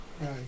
right